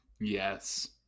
Yes